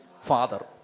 Father